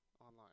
online